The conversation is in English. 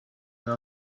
you